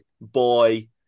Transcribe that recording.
boy